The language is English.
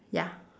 ya